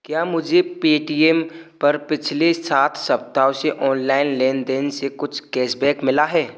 क्या मुझे पेटीएम पर पिछले सात सप्ताह से ऑनलाइन लेन देन से कुछ कैशबैक मिला है